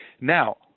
Now